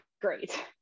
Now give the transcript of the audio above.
great